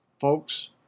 Folks